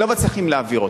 לא מצליחים להעביר אותה.